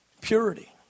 Purity